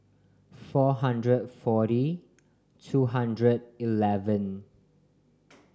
four hundred forty two hundred eleven